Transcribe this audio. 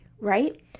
Right